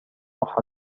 أحد